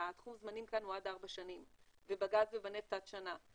תחום הזמנים כאן הוא עד ארבע שנים ובגז ובנפט עד שנה,